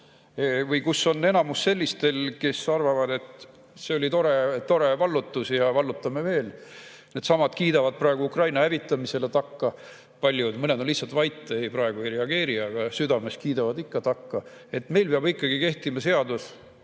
või kus on enamus sellistel, kes arvavad, et see oli tore vallutus ja vallutame veel. Needsamad kiidavad praegu paljud Ukraina hävitamisele takka. Mõned on lihtsalt vait, praegu ei reageeri, aga südames kiidavad ikka takka. Meil peab ikkagi kehtima seadus